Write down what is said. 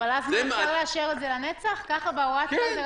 אבל אז גם אפשר לאשר את זה לנצח ככה בהוראת שעה?